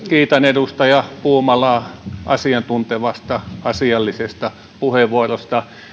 kiitän edustaja puumalaa asiantuntevasta asiallisesta puheenvuorosta